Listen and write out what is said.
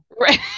right